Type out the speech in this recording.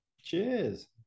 cheers